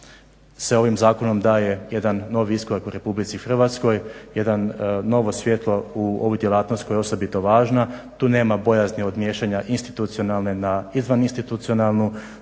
se ovim zakonom daje jedan novi iskorak u Republici Hrvatskoj, jedan novo svijetlo u ovu djelatnost koja je osobito važna, tu nema bojazni od miješanja institucionalne na izvaninstitucionalnu,